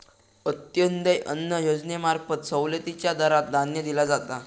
अंत्योदय अन्न योजनेंमार्फत सवलतीच्या दरात धान्य दिला जाता